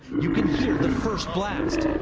you can hear the first blast.